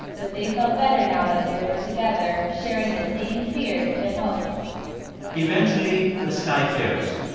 but they felt better now that they were together, sharing the same fears and hopes like eventually, the sky clears.